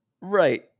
Right